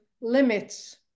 limits